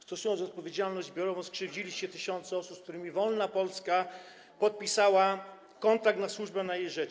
Stosując odpowiedzialność zbiorową, skrzywdziliście tysiące osób, z którymi wolna Polska podpisała kontrakt na służbę na jej rzecz.